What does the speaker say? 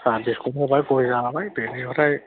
साहा बिस्कुत होबाय गय जाहोबाय बेनिफ्राय